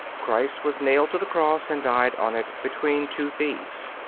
christ was nailed to the cross and died on it between two thieves.